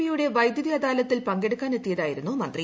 B യുടെ വൈദ്യുതി അദാലത്തിൽ പങ്കെടുക്കാൻ എത്തിയതായിരുന്നു മന്ത്രി